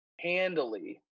handily